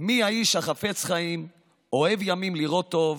"מי האיש החפץ חיים אֹהב ימים לראות טוב.